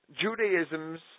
Judaism's